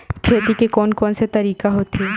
खेती के कोन कोन से तरीका होथे?